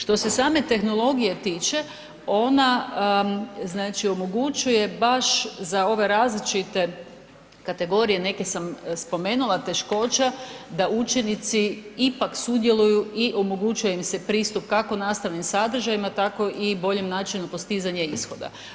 Što se same tehnologije tiče ona znači omogućuje baš za ove različite kategorije, neke sam spomenula, teškoća da učenici ipak sudjeluju i omogućuje im se pristup kako nastavnim sadržajima tako i boljem načinu postizanja ishoda.